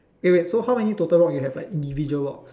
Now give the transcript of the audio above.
eh wait so how many total rocks you have individual rocks